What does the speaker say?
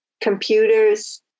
Computers